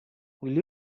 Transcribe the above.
will